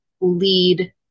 lead